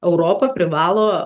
europa privalo